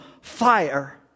fire